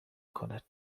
کند